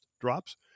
drops